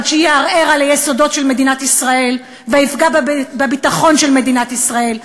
שיערער על היסודות של מדינת ישראל ויפגע בביטחון של מדינת ישראל.